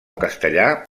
castellà